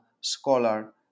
scholar